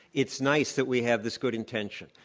it's nice that we have this good intention,